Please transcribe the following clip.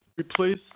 replace